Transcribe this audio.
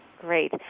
Great